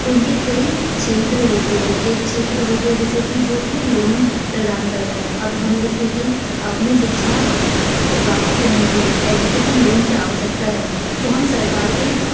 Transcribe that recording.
उनके कई क्षेत्र होते हैं एक क्षेत्र हो गया जैसे कि जो कि प्रदान करता है अब हमे जैसे कि अपनी शिक्षा को प्राप्त करने के लिए एजुकेशन लोन की आवश्यकता है तो हम सरकार के